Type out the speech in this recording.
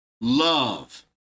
Love